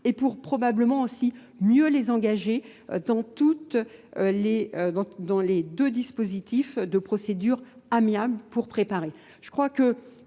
et pour probablement aussi mieux les engager dans les deux dispositifs de procédures amiable pour préparer.